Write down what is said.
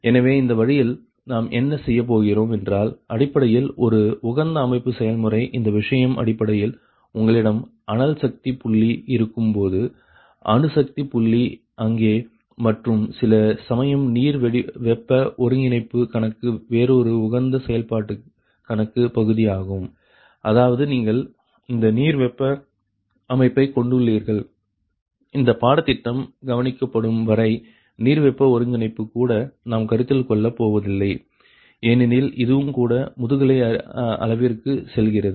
எனவே இந்த வழியில் நாம் என்ன செய்ய போகிறோம் என்றால் அடிப்படையில் ஒரு உகந்த அமைப்பு செயல்முறை இந்த விஷயம் அடிப்படையில் உங்களிடம் அனல் சக்தி புள்ளி இருக்கும்போது அணு சக்தி புள்ளி அங்கே மற்றும் சில சமயம் நீர் வெப்ப ஒருங்கிணைப்பு கணக்கு வேறொரு உகந்த செயல்பாட்டு கணக்கு பகுதி ஆகும் அதாவது நீங்கள் இந்த நீர்வெப்ப அமைப்பை கொண்டுள்ளீர்கள் இந்த பாடத்திட்டம் கவனிக்கப்படும் வரை நீர்வெப்ப ஒருங்கிணைப்பு கூட நாம் கருத்தில் கொள்ள போவதில்லை ஏனெனில் இதுவும் கூட முதுகலை அளவிற்கு செல்கிறது